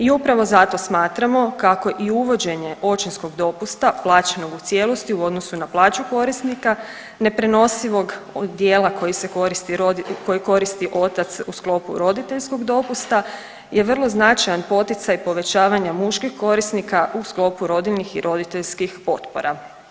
I upravo zato smatramo kako i uvođenje očinskog dopusta plaćenog u cijelosti u odnosu na plaću korisnika neprenosivog dijela koji se koristi, koji koristi otac u sklopu roditeljskog dopusta je vrlo značajan poticaj povećavanja muških korisnika u sklopu rodiljnih i roditeljskih potpora.